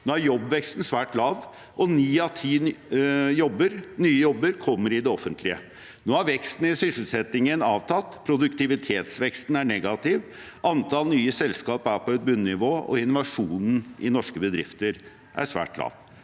jobbveksten er svært lav, og ni av ti nye jobber kommer i det offentlige. Nå har veksten i sysselsettingen avtatt, produktivitetsveksten er negativ, antall nye selskap er på et bunnivå og innovasjonen i norske bedrifter er svært lav.